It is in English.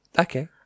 Okay